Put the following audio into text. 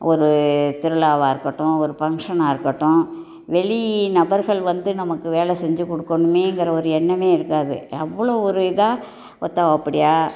ஒரு திருவிழாவாக இருக்கட்டும் ஃபங்ஷனா இருக்கட்டும் வெளி நபர்கள் வந்து நமக்கு வேலை செஞ்சு கொடுக்கணுமேங்கிற ஒரு எண்ணமே இருக்காது அவ்வளோ ஒரு இதாக ஒற்றா ஓப்படியா